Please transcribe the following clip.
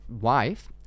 wife